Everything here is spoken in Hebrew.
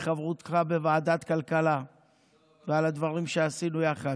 על חברותך בוועדת הכלכלה ועל הדברים שעשינו יחד.